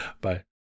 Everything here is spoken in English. Bye